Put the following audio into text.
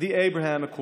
הסכמי אברהם.)